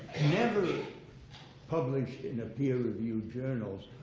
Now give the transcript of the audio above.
never published in the peer reviewed journals.